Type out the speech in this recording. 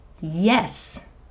yes